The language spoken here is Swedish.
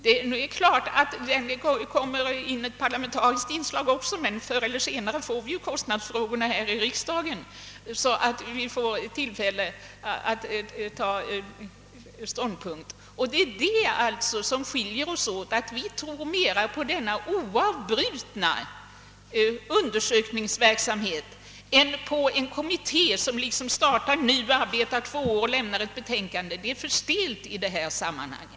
Det är klart att det där kommer in ett parlamentariskt inslag också, men förr eller senare får vi ju ta ställning till kostnadsfrågorna här i riksdagen. Vad som skiljer oss åt är alltså att vi tror mer på denna oavbrutna undersökningsverksamhet än på en kommitté som startar nu, arbetar två år och avlämmar ett betänkande, Det är för stelt i detta sammanhang.